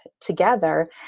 together